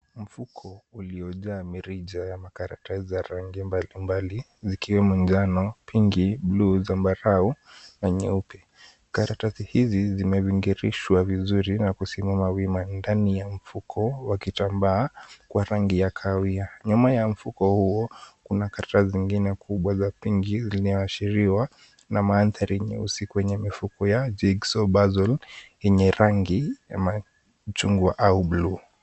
Mfuko uliojaa mirija ya makaratasi za rangi mbalimbali zikiwemo njano, pinki, buluu, zambarau, na nyeupe. Karatasi hizi zimebingirishwa vizuri na kusimama wima ndani ya mfuko wa kitambaa wa rangi ya kahawia. Nyuma ya mfuko huo kuna karatasi zingine kubwa za pinki zilioashiriwa na mandhari nyeusi kwenye mifuko ya jeyenye rangi ya machungwa au bluu.